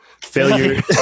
Failure